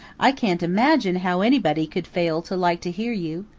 i can't imagine how anybody could fail to like to hear you.